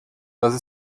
dass